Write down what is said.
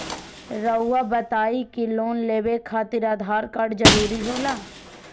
रौआ बताई की लोन लेवे खातिर आधार कार्ड जरूरी होला?